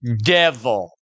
devil